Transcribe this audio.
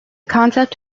concept